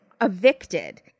evicted